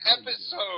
episode